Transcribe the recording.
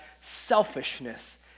selfishness